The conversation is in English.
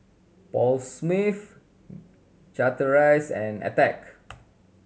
Paul Smith Chateraise and Attack